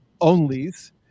onlys